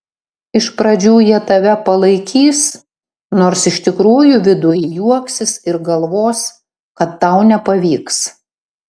iš pradžių jie tave palaikys nors iš tikrųjų viduj juoksis ir galvos kad tau nepavyks